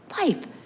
life